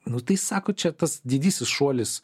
nu tai sako čia tas didysis šuolis